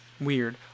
weird